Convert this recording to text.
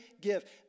give